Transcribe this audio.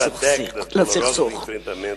לסכסוך.